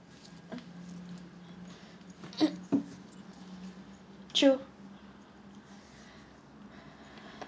true